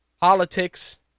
politics